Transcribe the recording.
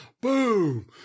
boom